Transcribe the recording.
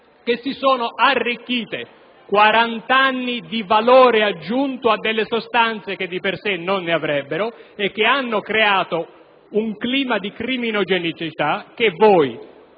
si sono arricchite! Sono 40 anni di valore aggiunto a delle sostanze che di per sé non ne avrebbero; 40 anni che hanno creato un clima criminogeno che voi,